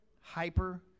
Hyper